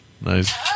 nice